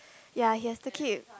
ya he has to keep